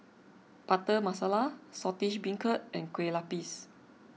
Butter Masala Saltish Beancurd and Kue Lupis